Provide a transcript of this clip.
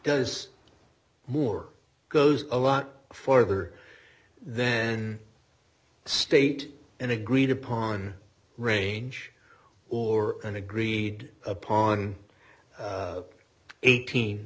does more goes a lot further than state and agreed upon range or an agreed upon eighteen